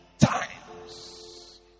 Times